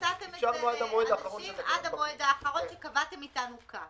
נתתם את זה עד המועד האחרון שקבעתם אתנו כאן.